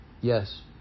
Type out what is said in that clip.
yes